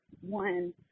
one